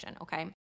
Okay